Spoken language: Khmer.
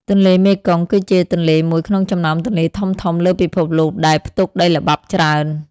ទន្លេមេគង្គគឺជាទន្លេមួយក្នុងចំណោមទន្លេធំៗលើពិភពលោកដែលផ្ទុកដីល្បាប់ច្រើន។